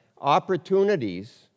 opportunities